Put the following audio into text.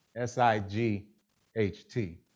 S-I-G-H-T